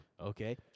Okay